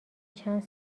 چند